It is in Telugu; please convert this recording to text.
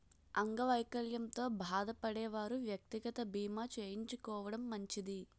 అంగవైకల్యంతో బాధపడే వారు వ్యక్తిగత బీమా చేయించుకోవడం మంచిది